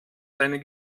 seiner